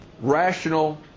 rational